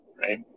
right